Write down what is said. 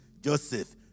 Joseph